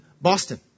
Boston